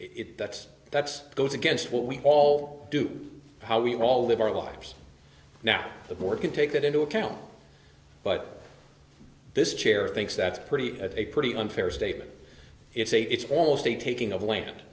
it that's that's goes against what we all do how we all live our lives now the board can take that into account but this chair thinks that's pretty at a pretty unfair statement it's a it's almost a taking of land